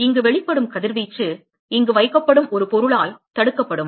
இங்கு வெளிப்படும் கதிர்வீச்சு இங்கு வைக்கப்படும் ஒரு பொருளால் தடுக்கப்படும்